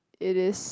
it is